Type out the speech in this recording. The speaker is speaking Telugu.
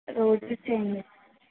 రోజు చెయ్యం